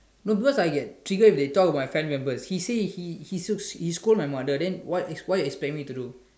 no because I get triggered if they talk about my family members he say he he still scold my mother then then what you expect me to do